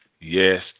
Yes